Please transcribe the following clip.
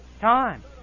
time